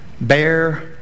bear